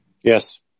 yes